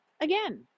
Again